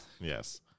Yes